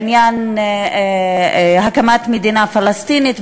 בעניין הקמת מדינה פלסטינית,